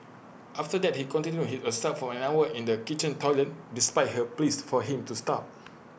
after that he continued his assault for an hour in the kitchen toilet despite her pleas for him to stop